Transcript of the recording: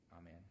Amen